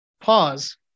pause